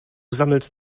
sammelst